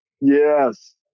Yes